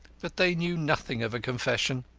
but they knew nothing of a confession.